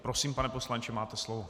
Prosím, pane poslanče, máte slovo.